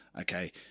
okay